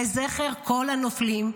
ולזכר כל הנופלים,